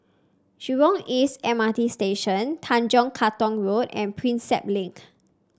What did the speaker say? Jurong East M R T Station Tanjong Katong Road and Prinsep Link